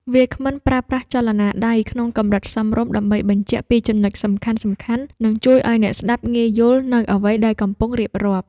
វាគ្មិនប្រើប្រាស់ចលនាដៃក្នុងកម្រិតសមរម្យ ដើម្បីបញ្ជាក់ពីចំណុចសំខាន់ៗ និងជួយឱ្យអ្នកស្ដាប់ងាយយល់នូវអ្វីដែលកំពុងរៀបរាប់។